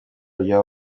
aryoha